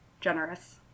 generous